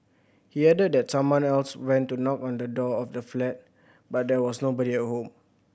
he added that someone else went to knock on the door of the flat but there was nobody at home